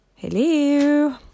Hello